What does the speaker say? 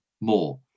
more